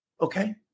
okay